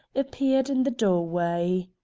appeared in the doorway.